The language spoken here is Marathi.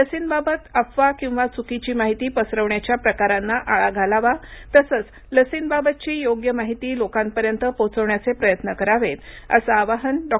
लसींबाबत अफवा किंवा चुकीची माहिती पसरवण्याच्या प्रकारांना आळा घालावा तसंच लसींबाबतची योग्य माहिती लोकापर्यंत पोहोचवण्याचे प्रयत्न करावेत असं आवाहन डॉ